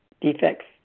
defects